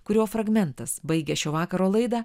kurio fragmentas baigia šio vakaro laidą